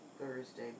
Thursday